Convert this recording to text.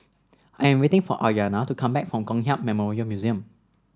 I am waiting for Aryana to come back from Kong Hiap Memorial Museum